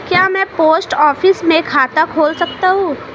क्या मैं post office में खाता खोल सकता हूँ?